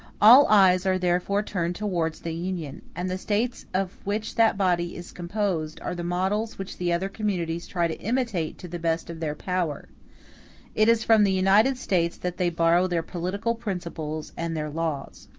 all eyes are therefore turned towards the union and the states of which that body is composed are the models which the other communities try to imitate to the best of their power it is from the united states that they borrow their political principles and their laws.